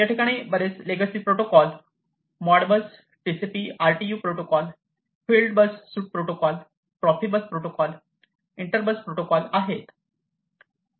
या ठिकाणी बरेच legacy protocol Modbus TCP RTU protocol fieldbus suite protocol Profibus protocol Interbus protocol आहेत